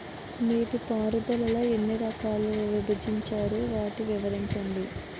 నీటిపారుదల ఎన్ని రకాలుగా విభజించారు? వాటి వివరించండి?